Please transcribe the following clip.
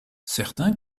certains